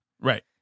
Right